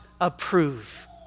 approve